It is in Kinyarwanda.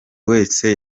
wese